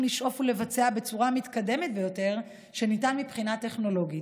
לשאוף לבצע בצורה המתקדמת ביותר שניתן מבחינה טכנולוגית.